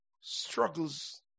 struggles